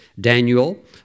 Daniel